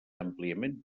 àmpliament